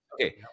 Okay